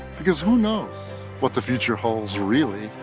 because who knows what the future holds really,